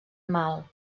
mal